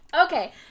Okay